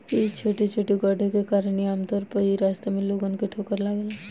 इ छोटे छोटे गड्ढे के कारण ही आमतौर पर इ रास्ता में लोगन के ठोकर लागेला